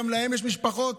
גם להם יש משפחות?